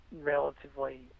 relatively